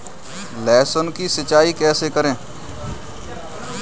लहसुन की सिंचाई कैसे करें?